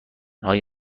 های